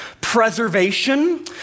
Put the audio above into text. preservation